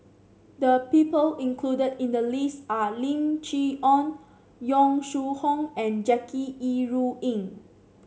the people included in the list are Lim Chee Onn Yong Shu Hoong and Jackie Yi Ru Ying